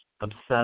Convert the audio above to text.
obsessed